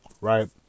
right